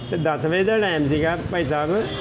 ਅਤੇ ਦਸ ਵਜੇ ਟਾਈਮ ਸੀਗਾ ਭਾਈ ਸਾਹਿਬ